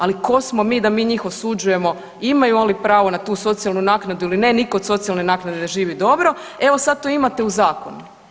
Ali tko smo mi da njih osuđujemo imaju li pravo na tu socijalnu naknadu ili ne, niko od socijalne naknade ne živi dobro, evo sad to imate u zakonu.